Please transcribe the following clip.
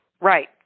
Right